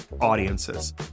audiences